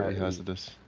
hazardous.